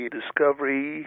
discovery